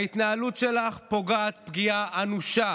ההתנהלות שלך פוגעת פגיעה אנושה